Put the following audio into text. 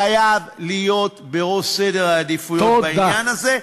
חייב להיות בראש סדר העדיפויות בעניין הזה.